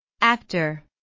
Actor